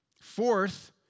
Fourth